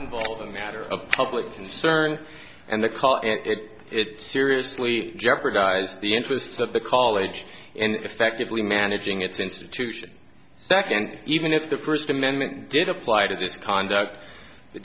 involving a matter of public concern and the call and it seriously jeopardize the interests of the college and effectively managing its institution second even if the first amendment did apply to this conduct the